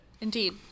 Indeed